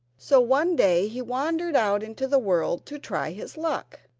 so one day he wandered out into the world to try his luck,